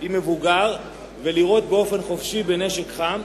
עם מבוגר ולירות באופן חופשי בנשק חם.